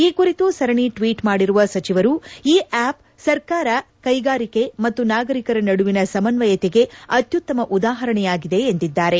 ಈ ಕುರಿತು ಸರಣಿ ಟ್ವೀಟ್ ಮಾಡಿರುವ ಸಚಿವರು ಈ ಆಪ್ ಸರ್ಕಾರ ಕೈಗಾರಿಕೆ ಮತ್ತು ನಾಗರಿಕರ ನಡುವಿನ ಸಮನ್ವಯತೆಗೆ ಅತ್ಯುತ್ತಮ ಉದಾಹರಣೆಯಾಗಿದೆ ಎಂದಿದ್ದಾರೆ